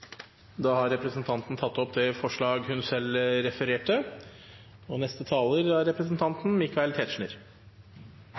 Da har representanten Marit Knutsdatter Strand tatt opp det forslaget hun refererte til. For mange barn mobbes. Det er